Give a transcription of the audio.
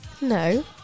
No